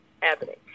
happening